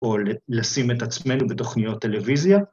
‫או לשים את עצמנו בתוכניות טלוויזיה.